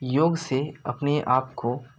योग से अपने आप को